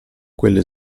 quelle